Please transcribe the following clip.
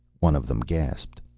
one of them gasped.